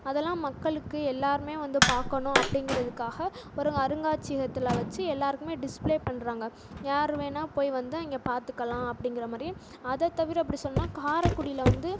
அதெல்லாம் மக்களுக்கு எல்லோருமே வந்து பார்க்கணும் அப்படிங்கறதுக்காக ஒரு அருங்காட்சியத்தில் வச்சு எல்லோருக்குமே டிஸ்பிளே பண்ணுறாங்க யார் வேணால் போய் வந்து அங்கே பார்த்துக்கலாம் அப்படிங்குற மாதிரி அதை தவிர அப்படி சொன்னால் காரைக்குடியில் வந்து